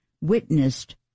witnessed